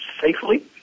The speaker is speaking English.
safely